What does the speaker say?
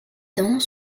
dents